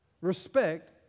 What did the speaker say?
Respect